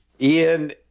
Ian